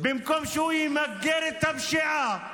במקום שהוא ימגר את הפשיעה,